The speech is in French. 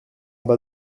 bas